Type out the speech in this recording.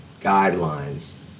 guidelines